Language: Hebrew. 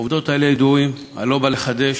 העובדות האלה ידועות, אני לא בא לחדש,